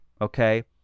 okay